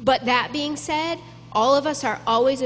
but that being said all of us are always